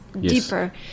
deeper